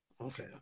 Okay